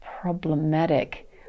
problematic